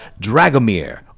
Dragomir